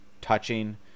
touching